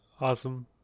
Awesome